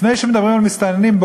לפני שמדברים על מסתננים,